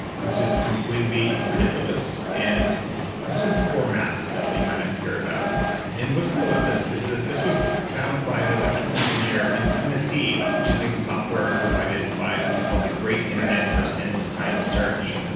which is completely ridiculous. and this is core math stuff that you might not hear about and what's cool about this is, this was found by an electrical engineer in tennessee using software provided by something called the great internet mersenne prime search.